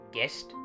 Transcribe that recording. Guest